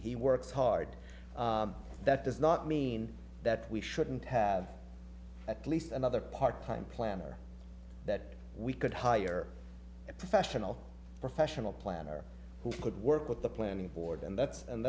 works hard that does not mean that we shouldn't have at least another part time planner that we could hire a professional professional planner who could work with the planning board and that's and